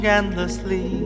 endlessly